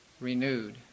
renewed